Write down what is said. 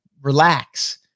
relax